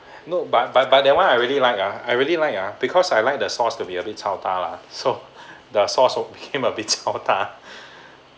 no but but but that one I really like ah I really like ah because I like the sauce to be a bit chao tah lah so the sauce were became a bit chao tah